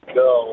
go